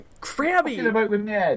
Crabby